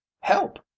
Help